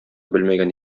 белмәгән